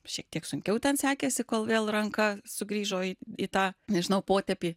šiek tiek sunkiau ten sekėsi kol vėl ranka sugrįžo į į tą nežinau potėpį